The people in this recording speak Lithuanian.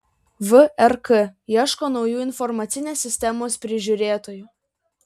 vrk ieško naujų informacinės sistemos prižiūrėtojų